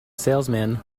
salesman